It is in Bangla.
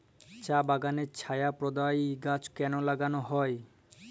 চা বাগানে ছায়া প্রদায়ী গাছ কেন লাগানো হয়?